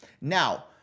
Now